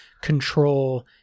control